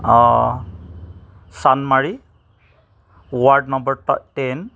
অঁ Chandmari ward number ত ten